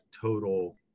total